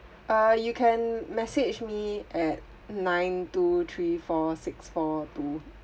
uh you can message me at nine two three four six four two